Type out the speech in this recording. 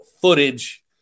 footage